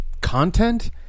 content